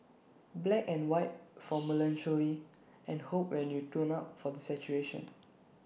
black and white for melancholy and hope when you turn up for the saturation